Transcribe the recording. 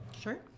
Sure